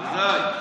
בוודאי.